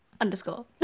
underscore